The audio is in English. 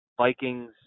Vikings